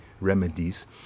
remedies